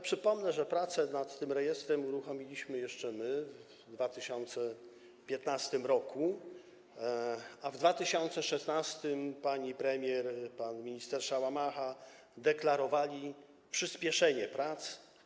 Przypomnę, że prace nad tym rejestrem uruchomiliśmy jeszcze my w 2015 r., a w 2016 r. pani premier, pan minister Szałamacha deklarowali przyspieszenie prac.